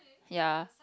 ya